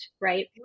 right